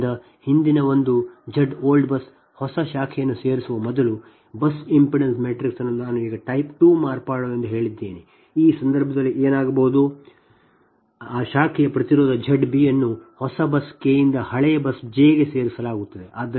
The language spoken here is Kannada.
ಆದ್ದರಿಂದ ಹಿಂದಿನ ಒಂದು ZBUSOLD ಹೊಸ ಶಾಖೆಯನ್ನು ಸೇರಿಸುವ ಮೊದಲು ಬಸ್ ಇಂಪೆಡೆನ್ಸ್ ಮ್ಯಾಟ್ರಿಕ್ಸ್ ಅನ್ನು ನಾನು ಈಗ ಟೈಪ್ 2 ಮಾರ್ಪಾಡು ಎಂದು ಹೇಳಿದ್ದೇನೆ ಈ ಸಂದರ್ಭದಲ್ಲಿ ಏನಾಗಬಹುದು ಆ ಶಾಖೆಯ ಪ್ರತಿರೋಧ Z b ಅನ್ನು ಹೊಸ ಬಸ್ ಕೆ ಯಿಂದ ಹಳೆಯ ಬಸ್ ಜೆ ಗೆ ಸೇರಿಸಲಾಗುತ್ತದೆ